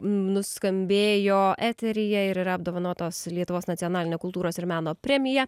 nuskambėjo eteryje ir yra apdovanotos lietuvos nacionaline kultūros ir meno premija